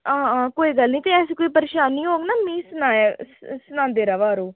हां हां कोई गल्ल निं ते ऐसी कोई परेशानी होग ना मिगी सनाएओ सनांदे र'वै रो